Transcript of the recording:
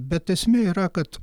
bet esmė yra kad